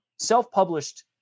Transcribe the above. self-published